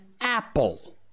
apple